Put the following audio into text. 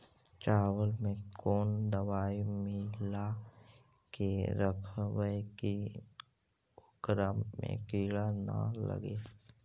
चावल में कोन दबाइ मिला के रखबै कि ओकरा में किड़ी ल लगे?